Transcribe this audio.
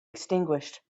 extinguished